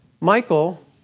Michael